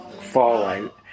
fallout